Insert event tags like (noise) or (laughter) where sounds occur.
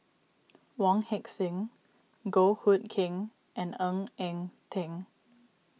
(noise) Wong Heck Sing Goh Hood Keng and Ng Eng Teng